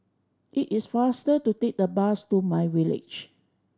it is faster to take the bus to myVillage